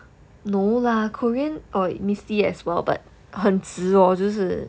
no lah korean or misty as well but 很值哦就是